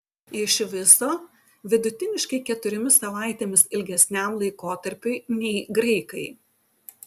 iš viso vidutiniškai keturiomis savaitėmis ilgesniam laikotarpiui nei graikai